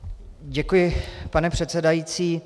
Děkuji, pane předsedající.